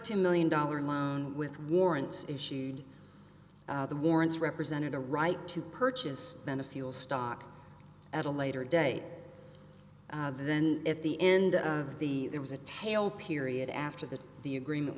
two million dollar loan with warrants issued the warrants represented a right to purchase then a fuel stock at a later date then if the end of the there was a tail period after that the agreement